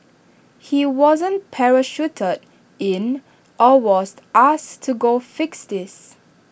he wasn't parachuted in or was asked to go fix this